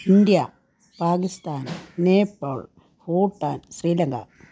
India Pakistan Nepal Bhutan Sri Lanka